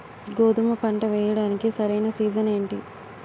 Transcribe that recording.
గోధుమపంట వేయడానికి సరైన సీజన్ ఏంటి?